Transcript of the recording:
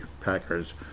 Packers